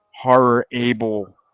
horror-able